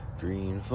green